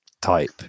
type